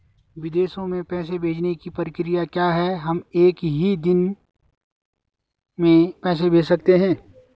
विदेशों में पैसे भेजने की प्रक्रिया क्या है हम एक ही दिन में पैसे भेज सकते हैं?